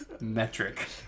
metric